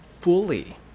fully